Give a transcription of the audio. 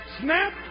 snap